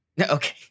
Okay